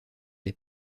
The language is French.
des